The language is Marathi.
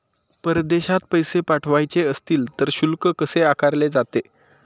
परदेशात पैसे पाठवायचे असतील तर शुल्क कसे आकारले जाते?